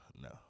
no